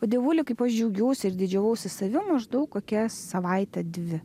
o dievuli kaip aš džiaugiausi ir didžiavausi savim maždaug kokią savaitę dvi